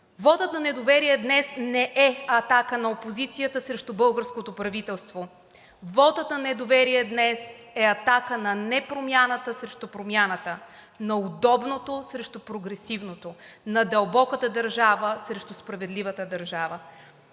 Вотът на недоверие днес не е атака на опозицията срещу българското правителство. Вотът на недоверие днес е атака на непромяната срещу промяната, на удобното срещу прогресивното, на дълбоката държава срещу справедливата държава.